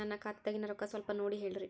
ನನ್ನ ಖಾತೆದಾಗಿನ ರೊಕ್ಕ ಸ್ವಲ್ಪ ನೋಡಿ ಹೇಳ್ರಿ